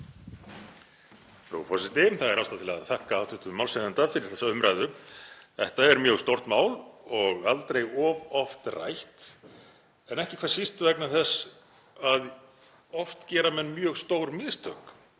Það er ástæða til að þakka hv. málshefjanda fyrir þessa umræðu. Þetta er mjög stórt mál og aldrei of oft rætt en ekki hvað síst vegna þess að oft gera menn mjög stór mistök